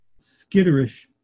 skitterish